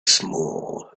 small